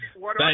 Thanks